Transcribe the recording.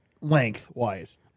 Length-wise